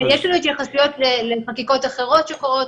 יש לנו התייחסויות לחקיקות אחרות שקורות,